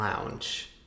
lounge